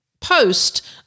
post